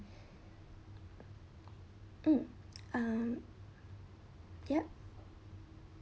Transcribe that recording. mm um ya